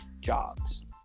jobs